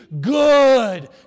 good